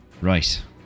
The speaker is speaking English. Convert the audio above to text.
Right